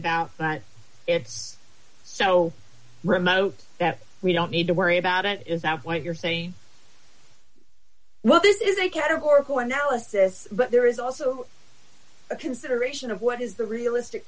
about but it's so remote that we don't need to worry about it is that what you're saying well this is a categorical analysis but there is also a consideration of what is the realistic